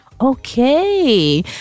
okay